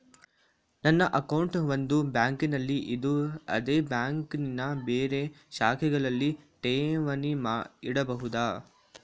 ನನ್ನ ಅಕೌಂಟ್ ಒಂದು ಬ್ಯಾಂಕಿನಲ್ಲಿ ಇದ್ದು ಅದೇ ಬ್ಯಾಂಕಿನ ಬೇರೆ ಶಾಖೆಗಳಲ್ಲಿ ಠೇವಣಿ ಇಡಬಹುದಾ?